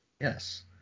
Yes